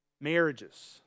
marriages